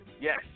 Yes